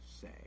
say